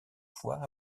fois